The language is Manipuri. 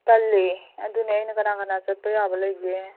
ꯇꯜꯂꯦ ꯑꯗꯨꯅꯦ ꯑꯩꯅ ꯀꯅꯥ ꯀꯅꯥ ꯆꯠꯄ ꯌꯥꯕ ꯂꯩꯒꯦ